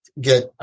get